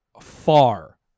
far